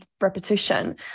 repetition